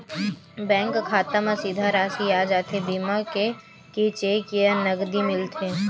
Bank खाता मा सीधा राशि आ जाथे बीमा के कि चेक या नकदी मिलथे?